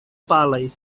palaj